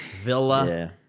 Villa